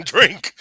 Drink